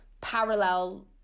parallel